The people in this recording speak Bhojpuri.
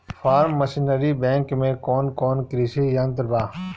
फार्म मशीनरी बैंक में कौन कौन कृषि यंत्र बा?